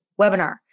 webinar